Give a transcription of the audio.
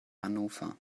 hannover